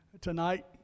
tonight